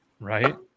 Right